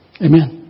Amen